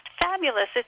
fabulous